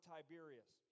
Tiberius